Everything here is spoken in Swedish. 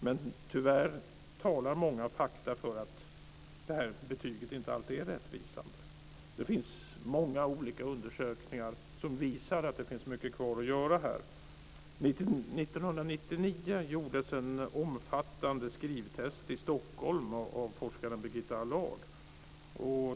Men tyvärr talar många fakta för att det här betyget inte alltid är rättvisande. Det finns många olika undersökningar som visar att det finns mycket kvar att göra här. 1999 gjordes ett omfattande skrivtest i Stockholm av forskaren Birgitta Allard.